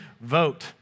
vote